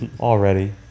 already